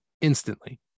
instantly